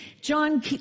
John